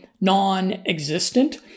non-existent